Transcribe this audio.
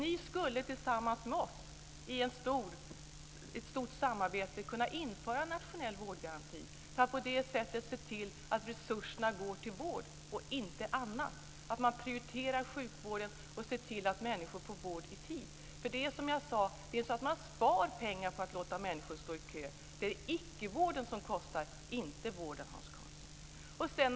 Ni skulle tillsammans med oss i ett stort samarbete kunna införa en nationell vårdgaranti för att på det sättet se till att resurserna går till vård, inte till annat - dvs. att man prioriterar sjukvården och ser till att människor får vård i tid. Det är inte, som jag också nyss sade, så att man sparar pengar på att låta människor stå i kö. Det är icke-vården som kostar, inte vården, Hans Karlsson!